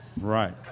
Right